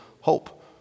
hope